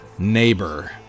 neighbor